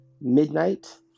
midnight